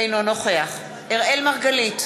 אינו נוכח אראל מרגלית,